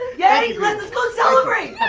yay, let's go celebrate!